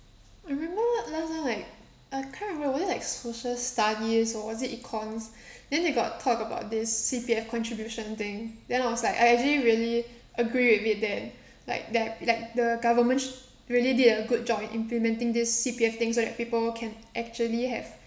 I remember last time like I can't remember was it like social studies or was it econs then they got talk about this C_P_F contribution thing then I was like I I didn't really agree with it then like that that the government sh~ really did a good job in implementing this C_P_F thing so that people can actually have